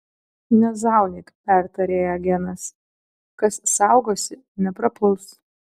nezaunyk pertarė ją genas kas saugosi neprapuls